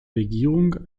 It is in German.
regierung